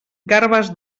garbes